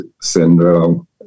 syndrome